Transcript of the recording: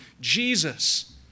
Jesus